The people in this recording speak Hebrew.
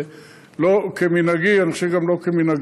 זה לא כמנהגי, אני חושב שגם לא כמנהגנו.